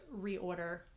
reorder